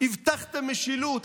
הבטחתם משילות.